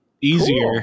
easier